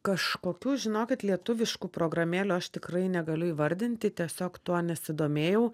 kažkokių žinokit lietuviškų programėlių aš tikrai negaliu įvardinti tiesiog tuo nesidomėjau